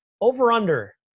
Over-under